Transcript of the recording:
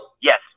Yes